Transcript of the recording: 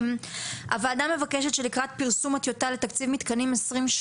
הוועדה מבקשת שלקראת פרסום הטיוטה לתקציב מתקנים 2030